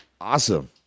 Awesome